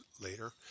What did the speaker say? later